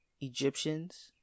Egyptians